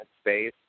space